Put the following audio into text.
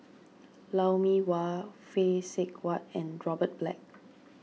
Lou Mee Wah Phay Seng Whatt and Robert Black